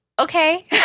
Okay